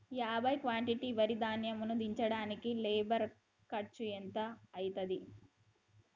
యాభై క్వింటాల్ వరి ధాన్యము దించడానికి లేబర్ ఖర్చు ఎంత అయితది?